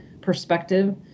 perspective